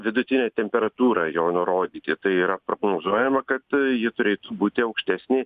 vidutinę temperatūrą jo nurodyti tai yra prognozuojama kad ji turėtų būti aukštesnė